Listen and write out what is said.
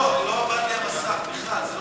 לא, לא עבד לי המסך בכלל, זה לא שאיחרתי.